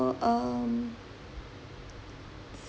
um